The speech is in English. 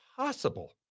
Possible